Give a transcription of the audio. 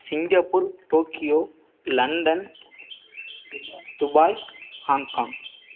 Singapore Tokyo London Dubai Hong Kong